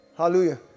hallelujah